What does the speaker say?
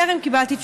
טרם קיבלתי תשובה.